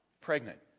pregnant